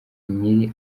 nyiri